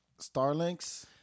Starlinks